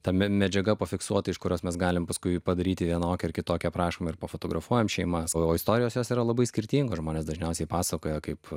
ta me medžiaga pafiksuota iš kurios mes galim paskui padaryti vienokį ar kitokį aprašom ir pafotografuojam šeimas o istorijos jos yra labai skirtingos žmonės dažniausiai pasakoja kaip